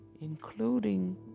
including